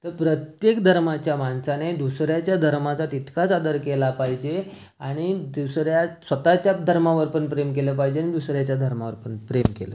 तर प्रत्येक धर्माच्या माणसाने दुसऱ्याच्या धर्माचा तितकाच आदर केला पाहिजे आणि दुसऱ्या स्वतःच्या धर्मावर पण प्रेम केलं पाहिजे आणि दुसऱ्याच्या धर्मावर पण प्रेम केलं पाहिजे